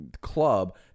club